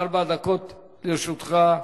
ארבע דקות לרשותך,